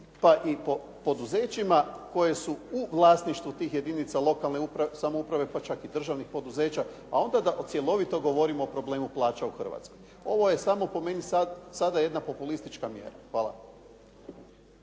pa i po poduzećima koje su u vlasništvu tih jedinica lokalne samouprave, pa čak i državnih poduzeća, pa onda da cjelovito govorimo o problemu plaća u Hrvatskoj. ovo je samo po meni sada jedna populistička mjera. Hvala.